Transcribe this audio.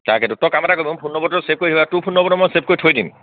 তাকেতো তই কাম এটা কৰিবি মোৰ ফোন নন্বৰটো ছেভ কৰি তোৰ ফোন নন্বৰটো মই ছেভ কৰি থৈ দিম